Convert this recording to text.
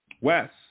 wes